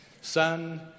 Son